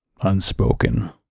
unspoken